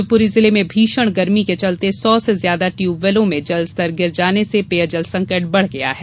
शिवपुरी जिले में भीषण गर्मी के चलते सौ से ज्यादा ट्यूबवेलों के जलस्तर गिर जाने से पेयजल संकट बढ़ गया है